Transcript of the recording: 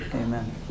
Amen